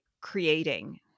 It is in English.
creating